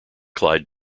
clyde